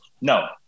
No